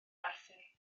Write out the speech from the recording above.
arthur